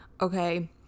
Okay